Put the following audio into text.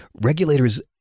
Regulators